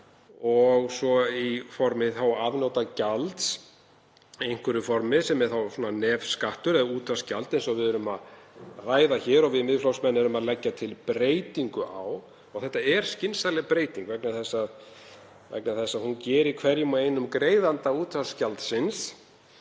vegar í formi afnotagjalds, einhverju formi, sem er þá nefskattur eða útvarpsgjald eins og við erum að ræða hér og við Miðflokksmenn erum að leggja til breytingu á. Þetta er skynsamleg breyting vegna þess að hún gerir hverjum og einum greiðanda útvarpsgjaldsins